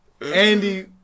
Andy